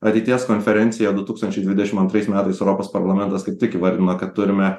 ateities konferenciją du tūkstančiai dvdešim antrais metais europos parlamentas kaip tik įvardino kad turime